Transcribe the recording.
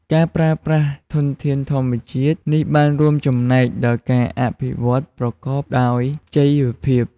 ការប្រើប្រាស់ធនធានធម្មជាតិនេះបានរួមចំណែកដល់ការអភិវឌ្ឍន៍ប្រកបដោយចីរភាព។